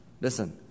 Listen